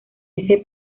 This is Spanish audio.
ese